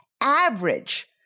Average